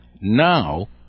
now